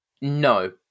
No